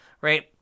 Right